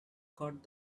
caught